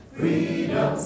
freedom